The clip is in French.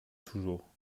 toujours